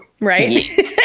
Right